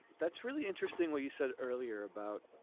that's really interesting what you said earlier about.